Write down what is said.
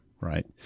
right